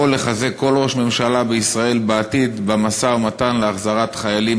לחזק כל ממשלה בישראל בעתיד במשא-ומתן להחזרת חיילים,